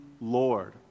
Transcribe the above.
Lord